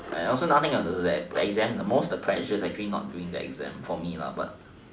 like also nothing of the exams most of the pressure that came out is during the exam for me lah but